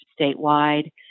statewide